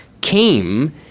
came